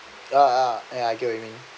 ya ya I get what you mean